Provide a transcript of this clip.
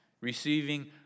Receiving